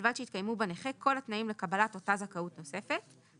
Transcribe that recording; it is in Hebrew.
ובלבד שהתקיימו בנכה כל התנאים לקבלת אותה זכאות נוספת,